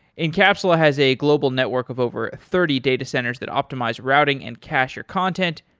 encapsula has a global network of over thirty datacenters that optimize routing and cacher content,